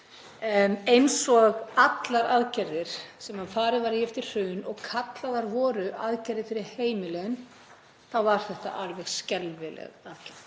eins og allar aðgerðir sem farið var í eftir hrun og kallaðar voru aðgerðir fyrir heimilin var þetta alveg skelfileg aðgerð,